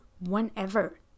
whenever